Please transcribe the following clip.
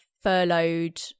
furloughed